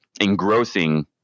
engrossing